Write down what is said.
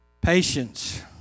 Patience